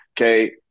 Okay